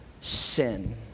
sin